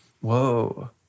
Whoa